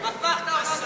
אני מבקשת לצאת מהאולם.